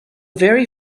very